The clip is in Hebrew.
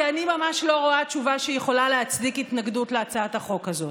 כי אני ממש לא רואה תשובה שיכולה להצדיק התנגדות להצעת החוק הזאת.